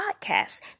podcasts